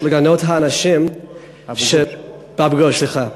באבו-גוש, סליחה.